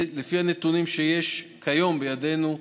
לפי הנתונים שיש כיום בידינו,